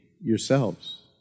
yourselves